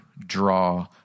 draw